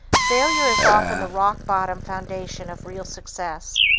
failure is often the rock-bottom foundation of real success.